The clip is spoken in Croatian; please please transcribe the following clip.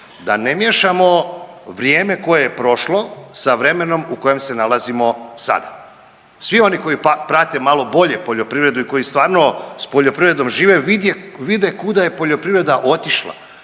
da ne miješamo vrijeme koje je prošlo sa vremenom u kojem se nalazimo sada. Svi oni koji prate malo bolje poljoprivredu i koji stvarno sa poljoprivredom žive vide kuda je poljoprivreda otišla.